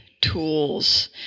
tools